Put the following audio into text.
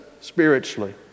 spiritually